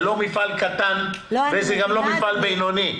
זה לא מפעל קטן וזה גם לא מפעל בינוני.